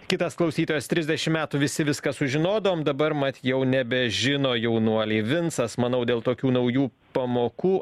kitas klausytojas trisdešim metų visi viską sužinodavom dabar mat jau nebežino jaunuoliai vincas manau dėl tokių naujų pamokų